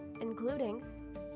including